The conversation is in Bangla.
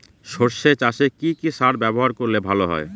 সর্ষে চাসে কি কি সার ব্যবহার করলে ভালো হয়?